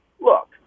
look